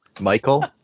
Michael